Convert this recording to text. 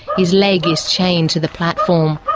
his leg is chained to the platform.